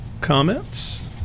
comments